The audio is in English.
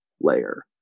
layer